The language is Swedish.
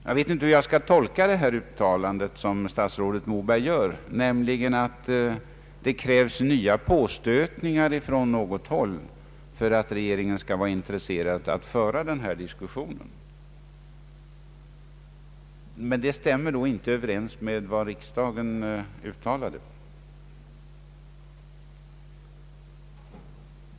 Jag vet inte hur jag skall tolka det uttalande som statsrådet Moberg gör i sitt svar, att det krävs nya påstötningar från något håll för att regeringen skall vara intresserad av att föra denna diskussion. Det stämmer alltså inte överens med vad riksdagen har uttalat.